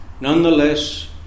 nonetheless